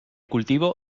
cultivo